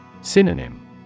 Synonym